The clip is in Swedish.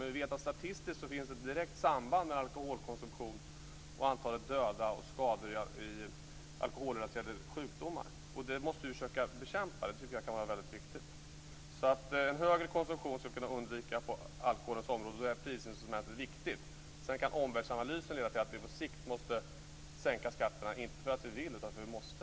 Men vi vet att statistisk finns det ett direkt samband mellan alkoholkonsumtion och antalet döda och skadade i alkoholrelaterade sjukdomar, och det måste vi försöka bekämpa. Det tycker jag är väldigt viktigt. En högre konsumtion på alkoholens område skall vi alltså försöka undvika, och då är prisinstrumentet viktigt. Sedan kan omvärldsanalysen leda till att vi på sikt måste sänka skatterna, inte för att vi vill men för att vi måste.